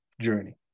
journey